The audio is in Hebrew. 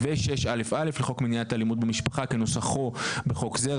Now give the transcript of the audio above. ו-6א(א) לחוק למניעת אלימות במשפחה כנוסחו בחוק זה,